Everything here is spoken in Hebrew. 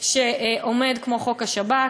שעומד כמו חוק השב"כ,